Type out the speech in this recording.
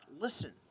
listen